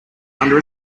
under